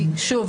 שוב,